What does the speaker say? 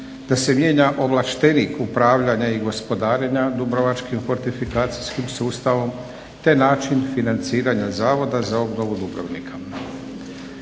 da se mijenja ovlaštenik upravljanja i gospodarenja dubrovačkim hortifikacijskim sustavom, te način financiranja Zavoda za obnovu Dubrovnika.